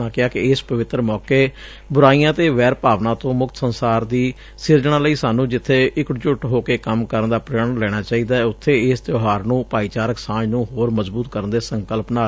ਉਨ੍ਹਾਂ ਕਿਹਾ ਕਿ ਇਸ ਪਵਿੱਤਰ ਮੌਕੇ ਬੁਰਾਈਆਂ ਤੇ ਵੈਰ ਭਾਵਨਾ ਤੋਂ ਮੁਕਤ ਸੰਸਾਰ ਦੀ ਸਿਰਜਣਾ ਲਈ ਸਾਨੂੰ ਜਿੱਬੇ ਇਕਜੁੱਟ ਹੋ ਕੇ ਕੰਮ ਕਰਨ ਦਾ ਪੂਣ ਲੈਣਾ ਚਾਹੀਦੈ ਉਥੇ ਇਸ ਤਿਉਹਾਰ ਨੂੰ ਭਾਈਚਾਰਕ ਸਾਂਝ ਨੂੰ ਹੋਰ ਮਜ਼ਬੂਤ ਕਰਨ ਦੇ ਸੰਕਲਪ ਨਾਲ ਮਨਾਉਣਾ ਚਾਹੀਦੈ